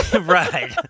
Right